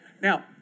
Now